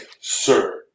Sir